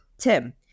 tim